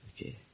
Okay